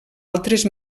altres